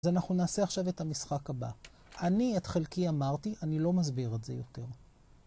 אז אנחנו נעשה עכשיו את המשחק הבא. אני את חלקי אמרתי, אני לא מסביר את זה יותר.